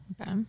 Okay